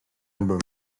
album